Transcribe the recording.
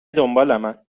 دنبالمن